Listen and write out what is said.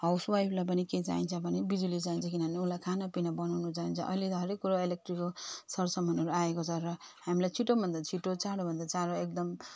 house वाइफलाई पनि के चाहिन्छ भने बिजुली चाहिन्छ किनभने उसलाई खानापिना बनाउनु चाहिन्छ अहिले त हरेक कुरो इलेक्ट्रिकको सरसामानहरू आएको छ र हामीलाई छिटोभन्दा छिटो चाँडोभन्दा चाँडो एकदम